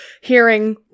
hearing